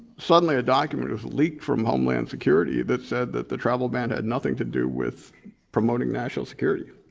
suddenly a document was leaked from homeland security that said that the travel ban had nothing to do with promoting national security.